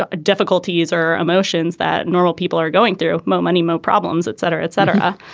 ah difficulties or emotions that normal people are going through mo money mo problems etc. etc.